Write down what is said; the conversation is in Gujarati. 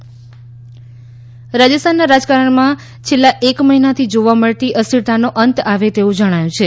રાજસ્થાન રાજસ્થાનના રાજકારણમાં છેલ્લાં એક મહિનાથી જોવા મળતી અસ્થિરતાનો અંત આવે તેવું જણાય છે